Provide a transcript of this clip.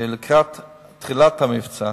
שלקראת תחילת המבצע,